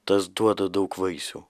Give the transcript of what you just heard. tas duoda daug vaisių